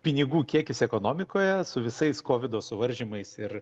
pinigų kiekis ekonomikoje su visais kovido suvaržymais ir